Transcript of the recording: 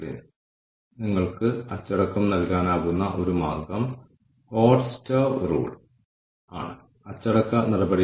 ഓർഗനൈസേഷനിൽ മനുഷ്യ മൂലധനത്തിന്റെ വികസനത്തിനായി മാനവ വിഭവശേഷി വകുപ്പ് എന്താണ് നിക്ഷേപിക്കുന്നത്